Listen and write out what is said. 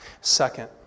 Second